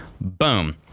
boom